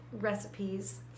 recipes